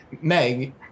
Meg